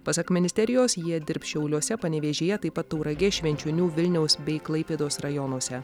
pasak ministerijos jie dirbs šiauliuose panevėžyje taip pat tauragės švenčionių vilniaus bei klaipėdos rajonuose